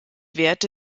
wehrte